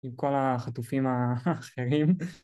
עם כל החטופים האחרים.